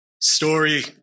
story